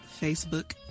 Facebook